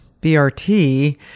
BRT